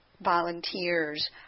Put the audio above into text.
volunteers